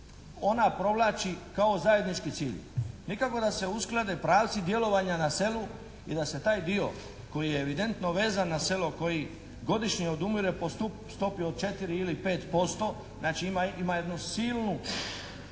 ona provlači kao zajednički cilj. Nikako da se usklade pravci djelovanja na selu i da se taj dio koji je evidentno vezan na selo, koji godišnje odumire po stopi od 4 ili 5%, znači ima jednu silnu